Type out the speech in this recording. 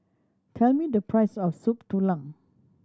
tell me the price of Soup Tulang